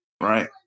right